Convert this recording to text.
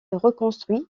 reconstruit